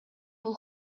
бул